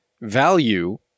value